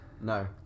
No